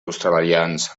australians